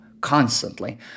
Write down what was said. constantly